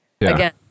again